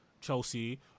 Chelsea